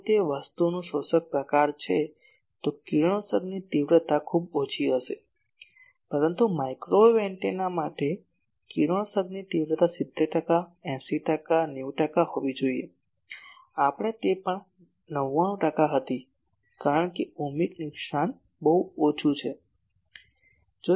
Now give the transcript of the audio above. જો તે વસ્તુનું શોષક પ્રકાર છે તો કિરણોત્સર્ગની તીવ્રતા ખૂબ ઓછી હશે પરંતુ માઇક્રોવેવ એન્ટેના માટે કિરણોત્સર્ગની તીવ્રતા 70 ટકા 80 ટકા 90 ટકા હોવી જોઈએ આપણે તે પણ 99 હતી કારણ કે ઓહમિક નુકસાન ખૂબ ઓછું છે